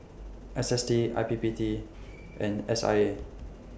S S T I P P T and S I A